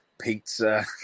pizza